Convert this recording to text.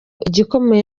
igikomeye